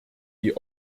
die